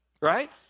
Right